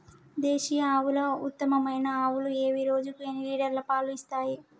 దేశీయ ఆవుల ఉత్తమమైన ఆవులు ఏవి? రోజుకు ఎన్ని లీటర్ల పాలు ఇస్తాయి?